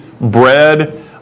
bread